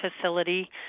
facility